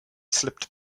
slipped